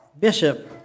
bishop